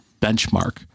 benchmark